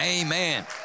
Amen